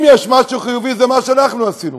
אם יש משהו חיובי, זה מה שאנחנו עשינו.